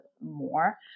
more